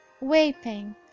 weeping